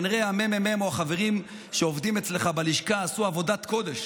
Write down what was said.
כנראה הממ"מ או החברים שעובדים אצלך בלשכה עשו עבודת קודש